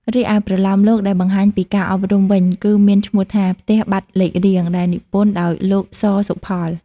រីឯ ប្រលោមលោកដែលបង្ហាញពីការអប់រំវិញគឺមានឈ្មោះថា ផ្ទះបាត់លេខរៀង ដែលនិពន្ធដោយលោក ស សុផល។